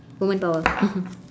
woman power